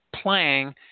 playing